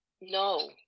no